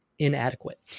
Inadequate